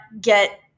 get